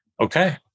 Okay